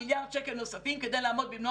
מיליארד שקל נוספים כדי לעמוד במלוא